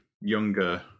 younger